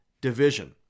division